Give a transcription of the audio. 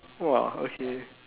!wah! okay